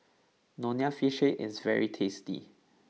Nonya Fish Head is very tasty